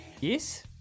Yes